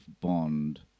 bond